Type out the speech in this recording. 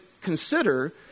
consider